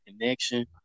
connection